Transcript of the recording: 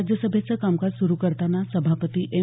राज्यसभेचं कामकाज सुरू करताना सभापती एम